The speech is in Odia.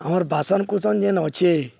ଆମର୍ ବାସନ କୁସନ ଯେନ୍ ଅଛେ